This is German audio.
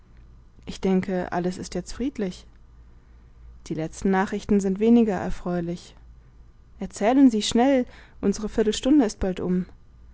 ich denke alles ist jetzt friedlich die letzten nachrichten sind weniger erfreulich erzählen sie schnell unsre viertelstunde ist bald um